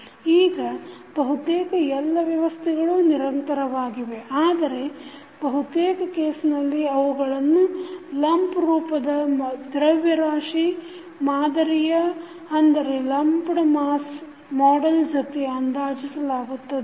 ಈಗ ಬಹುತೇಕ ಎಲ್ಲ ವ್ಯವಸ್ಥೆಗಳು ನಿರಂತರವಾಗಿವೆ ಆದರೆ ಬಹುತೇಕ ಕೇಸ್ನಲ್ಲಿ ಅವುಗಳನ್ನು ಲಂಪ್ ರೂಪದ ದ್ರವ್ಯರಾಶಿ ಮಾದರಿಯ ಜೊತೆ ಅಂದಾಜಿಸಲಾಗುತ್ತದೆ